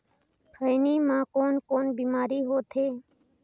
खैनी म कौन कौन बीमारी होथे?